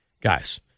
Guys